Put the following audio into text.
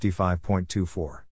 55.24